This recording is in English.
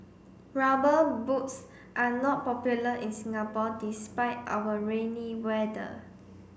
rubber boots are not popular in Singapore despite our rainy weather